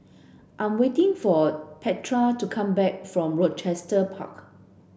I'm waiting for Petra to come back from Rochester Park